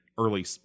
Early